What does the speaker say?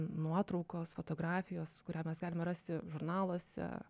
nuotraukos fotografijos kurią mes galime rasti žurnaluose